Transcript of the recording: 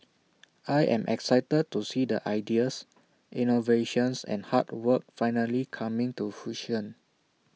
I am excited to see the ideas innovations and hard work finally coming to fruition